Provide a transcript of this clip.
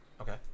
Okay